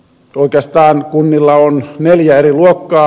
oikeastaan kunnilla on neljä eri luokkaa